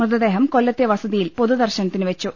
മൃതദേഹം കൊല്ലത്തെ വസതിയിൽ പൊതുദർശനത്തിന് വെച്ചു